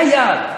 היה יעד,